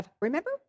Remember